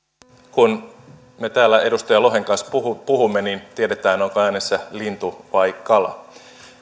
kun me täällä edustaja lohen kanssa puhumme niin tiedetään onko äänessä lintu vai kala